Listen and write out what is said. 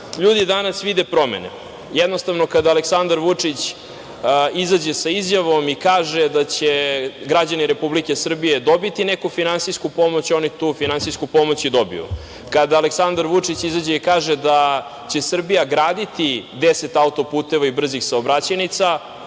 danas vide promene. Jednostavno, kada Aleksandar Vučić izađe sa izjavom i kaže da će građani Republike Srbije dobiti neku finansijsku pomoć, oni tu finansijsku pomoć i dobiju. Kada Aleksandar Vučić izađe i kaže da će Srbija graditi 10 autoputeva i brzi saobraćajnica,